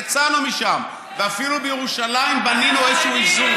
יצאנו משם, ואפילו בירושלים בנינו איזשהו איזון.